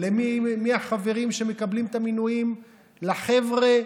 מי החברים שמקבלים את המינויים לחבר'ה